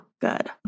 good